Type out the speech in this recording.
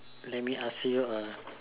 let me ask you a